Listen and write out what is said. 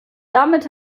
damit